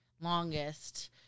longest